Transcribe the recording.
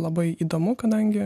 labai įdomu kadangi